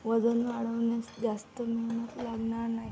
वजन वाढवण्यास जास्त मेहनत लागणार नाही